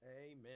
Amen